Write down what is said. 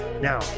Now